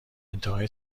انتهای